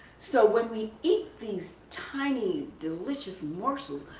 so when we eat these tiny delicious morsels,